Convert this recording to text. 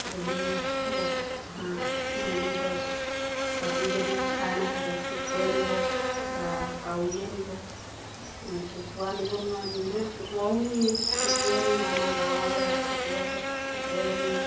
যদি হাঁহ মেলি থয় তাতো যদি চাই নাথাকে কুকুৰে নিব বা কাউৰীয়ে নিব কুকুৰা নিব নোৱাৰে নিনিলেও কুকুৰাও নিয়ে কুকুৰে নিয়ে আমাৰ গাঁৱৰ জেগা কুকুৰ আছে কুকুৰে নিয়ে